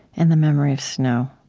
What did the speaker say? and the memory of snow.